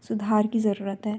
सुधार की ज़रूरत है